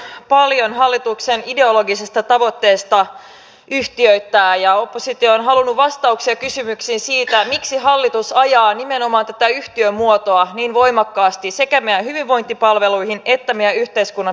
täällä on tänään puhuttu paljon hallituksen ideologisesta tavoitteesta yhtiöittää ja oppositio on halunnut vastauksia kysymyksiin siitä miksi hallitus ajaa nimenomaan tätä yhtiömuotoa niin voimakkaasti sekä meidän hyvinvointipalveluihin että meidän yhteiskunnan perusinfrastruktuuriin